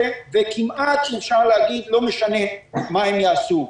וכמעט אפשר להגיד שלא משנה מה הן יעשו.